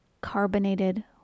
carbonated